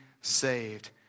saved